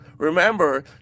Remember